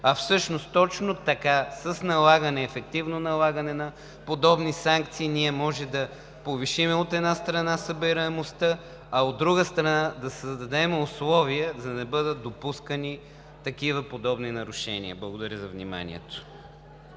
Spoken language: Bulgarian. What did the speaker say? а всъщност точно така – с ефективно налагане на подобни санкции, ние можем да повишим, от една страна, събираемостта, а от друга, да създадем условия, за да не бъдат допускани подобни нарушения. Благодаря за вниманието.